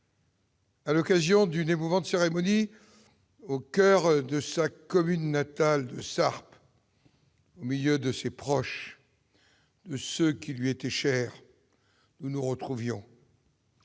à l'occasion d'une émouvante cérémonie au coeur de sa commune natale de Sarp au milieu de ses proches et de ceux qui lui étaient chers. J'étais accompagné